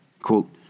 Quote